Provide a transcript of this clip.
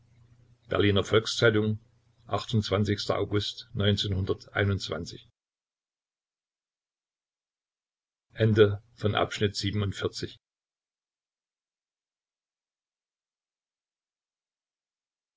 berliner volks-zeitung august